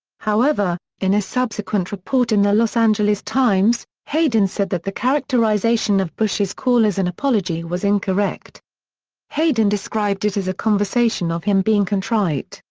however, in a subsequent report in the los angeles times, haden said that the characterization of bush's call as an apology was incorrect haden described it as a conversation of him being contrite,